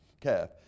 calf